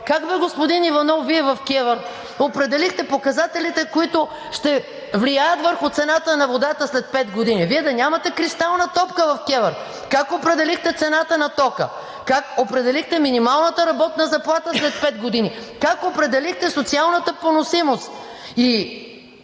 Как, бе, господин Иванов, Вие в КЕВР определихте показателите, които ще влияят върху цената на водата след пет години? Вие да нямате кристална топка в КЕВР? Как определихте цената на тока? Как определихте минималната работна заплата след пет години? Как определихте социалната поносимост? Тук